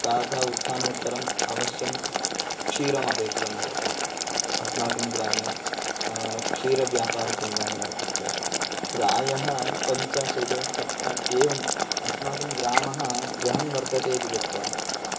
प्रातः उत्थानोत्तरम् अवश्यं क्षीरमपेक्षितं भवति अस्माकं ग्रामे क्षीरव्यापारकेन्द्राणि वर्तन्ते प्रायः पञ्च षड् सप्त एवम् अस्माकं ग्रामः बृहन् वर्तते इति कृत्वा